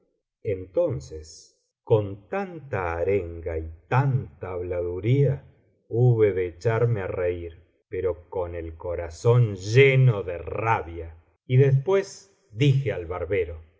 entonces con tanta arenga y tanta habladuría hube de echarme a reir pero con el corazón lleno de rabia y después dije al barbero